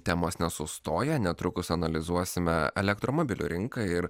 temos nesustoja netrukus analizuosime elektromobilių rinką ir